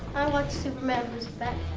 i watched superman goes back